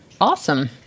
Awesome